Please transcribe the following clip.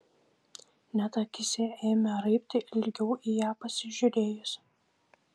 net akyse ėmė raibti ilgiau į ją pasižiūrėjus